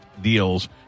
deals